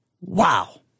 Wow